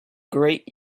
great